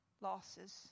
losses